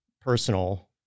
personal